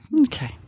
Okay